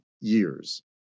years